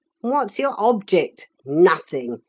what's your object? nothing.